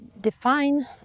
define